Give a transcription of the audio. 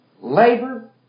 labor